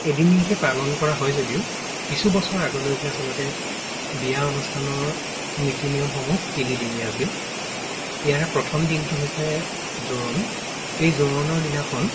এদিনীয়াকৈ পালন কৰা হয় যদিও কিছুবছৰ আগলৈকে আচলতে বিয়া অনুষ্ঠানৰ নীতি নিয়মসমূহ তিনিদিনীয়া আছিল ইয়াৰে প্ৰথম দিনটো হৈছে জোৰোণ এই জোৰোণৰ দিনাখন